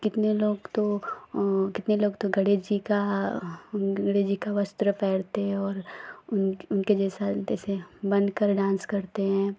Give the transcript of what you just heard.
कितने लोग तो कितने लोग तो गणेश जी का गणेश जी का वस्त्र पहनते हैं और उनके उनके जैसा तैसा हम बनकर डान्स करते हैं